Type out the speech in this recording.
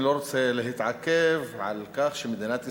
אני לא רוצה להתעכב על כך שמדינת ישראל,